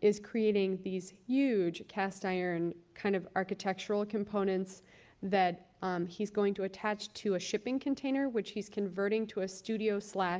is creating these huge cast-iron kind of architectural components that he's going to attach to a shipping container, which he's converting to a studio so